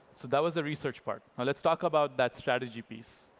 so that was the research part. let's talk about that strategy piece.